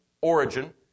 origin